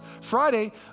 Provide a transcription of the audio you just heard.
Friday